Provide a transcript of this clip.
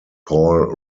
paul